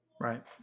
Right